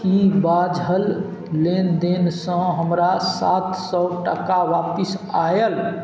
की बाझल लेनदेनसँ हमरा सात सओ टाका वापिस आयल